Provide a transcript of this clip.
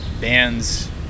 bands